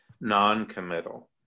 non-committal